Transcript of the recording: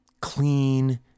clean